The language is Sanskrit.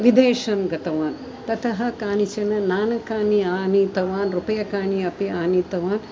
विदेशं गतवान् ततः कानिचन नाणकानि आनीतवान् रूप्यकाणि अपि आनीतवान्